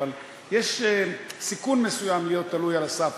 אבל יש סיכון מסוים בלהיות תלוי על הסף,